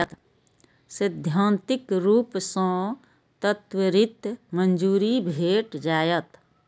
सैद्धांतिक रूप सं त्वरित मंजूरी भेट जायत